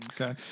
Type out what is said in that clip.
Okay